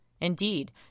Indeed